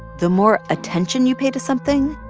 the more attention you pay to something,